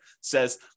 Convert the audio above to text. says